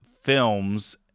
films